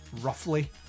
roughly